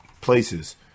places